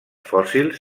fòssils